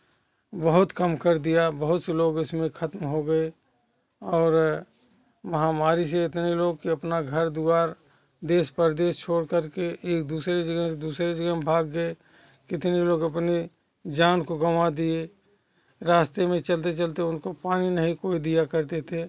बहुत कम कर दिया बहुत से लोग इसमें खत्म हो गए और महामारी से इतने लोग की अपना घर द्वार देश प्रदेश छोड़कर के एक दूसरी जगह दूसरे जगह भाग गए कितने लोग अपनी जान को गवा दिए रास्ते में चलते चलते उनको पानी कोई नहीं दिया करते थे